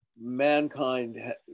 mankind